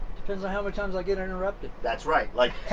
depends on how many times i get interrupted. that's right, like